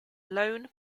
lone